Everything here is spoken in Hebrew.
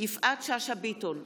יפעת שאשא ביטון,